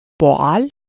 Boal